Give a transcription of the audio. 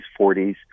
40s